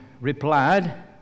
replied